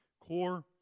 core